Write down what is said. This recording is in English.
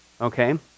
Okay